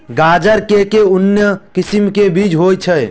गाजर केँ के उन्नत किसिम केँ बीज होइ छैय?